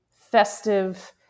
festive